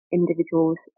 individuals